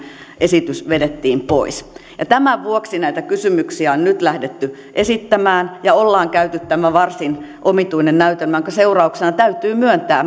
esitys vedettiin pois tämän vuoksi näitä kysymyksiä on nyt lähdetty esittämään ja ollaan käyty tämä varsin omituinen näytelmä jonka seurauksena täytyy myöntää